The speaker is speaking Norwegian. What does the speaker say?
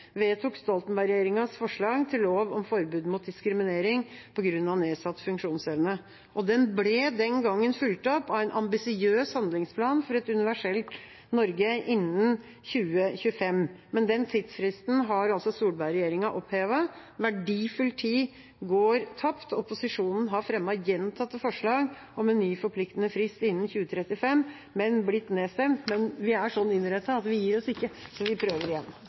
vedtok Stoltenberg-regjeringas forslag til lov om forbud mot diskriminering på grunn av nedsatt funksjonsevne. Den ble den gangen fulgt opp av en ambisiøs handlingsplan for et universelt utformet Norge innen 2025. Men den tidsfristen har Solberg-regjeringa opphevet. Verdifull tid går tapt. Opposisjonen har fremmet gjentatte forslag om en ny forpliktende frist innen 2035, men blitt nedstemt. Men vi er sånn innrettet at vi gir oss ikke, så vi prøver igjen.